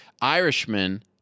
Irishmen